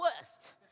worst